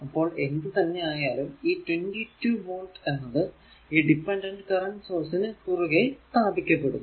അപ്പോൾ എന്ത് തന്നെ ആയാലും ഈ 22 വോൾട് എന്നത് ഈ ഡിപെൻഡന്റ് കറന്റ് സോഴ്സ് നു കുറുകെ സ്ഥാപിക്കപ്പെടുന്നു